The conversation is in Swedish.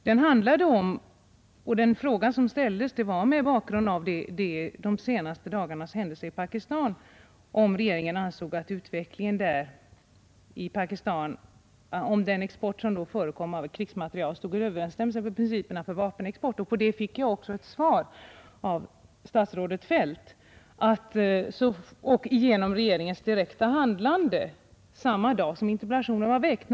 Det var mot bakgrunden av händelserna i Pakistan jag den 2 mars ställde min fråga om regeringen ansåg att den export som då förekom av krigsmateriel stod i överensstämmelse med principerna för vapenexport. På det fick jag också ett svar av statsrådet Feldt och genom regeringens direkta handlande samma dag som interpellationen framställdes.